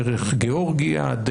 דרך גיאורגיה,